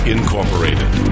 Incorporated